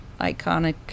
iconic